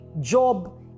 job